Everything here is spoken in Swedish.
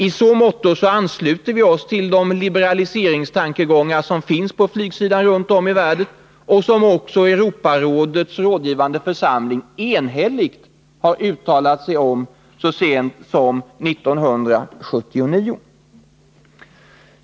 I så måtto ansluter vi oss till de liberaliseringstankegångar när det gäller flyget som finns runt om i världen och som också Europarådets rådgivande församling enhälligt har uttalat så sent som 1979.